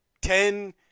ten